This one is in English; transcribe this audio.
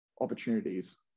opportunities